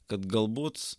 kad galbūt